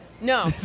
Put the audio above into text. No